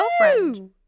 girlfriend